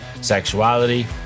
sexuality